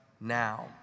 now